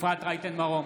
אפרת רייטן מרום,